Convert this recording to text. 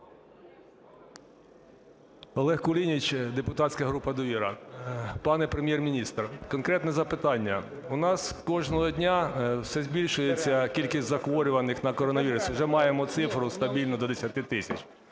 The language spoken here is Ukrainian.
Олег Кулініч, депутатська група "Довіра". Пане Прем'єр-міністр, конкретне запитання. У нас кожного дня все збільшується кількість захворюваних на коронавірус, вже маємо цифру стабільну до 10 тисяч.